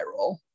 viral